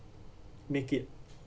make it